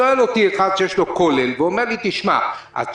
שואל אותי אחד שיש לו כולל ואומר לי: 19